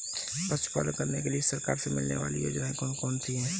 पशु पालन करने के लिए सरकार से मिलने वाली योजनाएँ कौन कौन सी हैं?